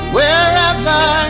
Wherever